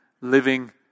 living